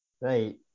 Right